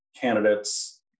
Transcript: candidates